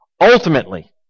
ultimately